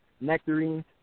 nectarines